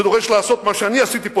זה דורש לעשות מה שאני עשיתי פה,